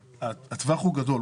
הטווח הוא גדול.